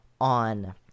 on